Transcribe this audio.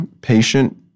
patient